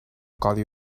codi